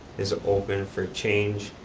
is open for change,